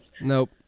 Nope